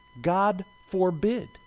God-forbid